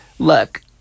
Look